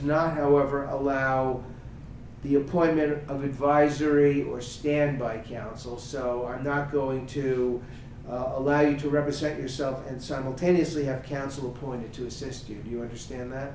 not however allow the appointment or of advisory or standby councils are not going to allow you to represent yourself and simultaneously have counsel appointed to assist you you understand that